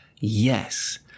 Yes